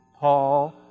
Paul